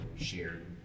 shared